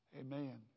Amen